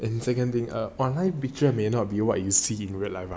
and second thing err online picture may not be what you see in real life lah